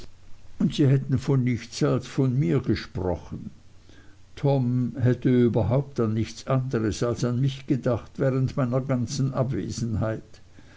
und sie hätten von nichts als von mir gesprochen tom hätte überhaupt an nichts anderes als an mich gedacht während meiner ganzen abwesenheit